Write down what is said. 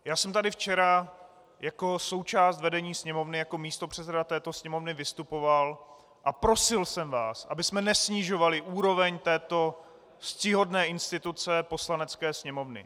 Já jsem tady včera jako součást vedení Sněmovny, jako místopředseda této Sněmovny vystupoval a prosil jsem vás abychom nesnižovali úroveň této ctihodné instituce, Poslanecké sněmovny.